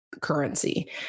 currency